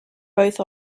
both